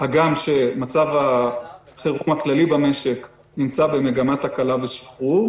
הגם שמצב החירום הכללי במשק נמצא במגמת הקלה ושחרור?